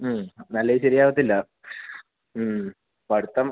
അല്ലേൽ ശരിയാവത്തില്ല പഠിത്തം